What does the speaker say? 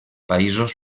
països